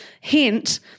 hint